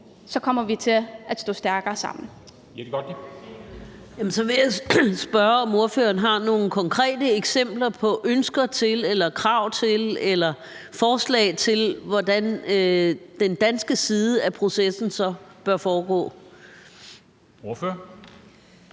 Kl. 20:30 Jette Gottlieb (EL) : Så vil jeg spørge, om ordføreren har nogle konkrete eksempler på eller ønsker eller krav eller forslag til, hvordan den danske side af processen så bør foregå. Kl.